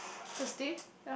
Thursday